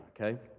okay